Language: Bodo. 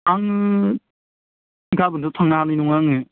आङो गाबोनथ' थांनो हानाय नङा आङो